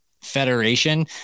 federation